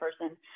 person